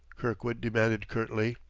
kirkwood demanded curtly,